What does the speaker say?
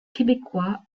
québécois